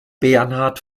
bernhard